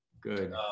Good